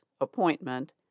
appointment